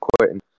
quitting